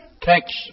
text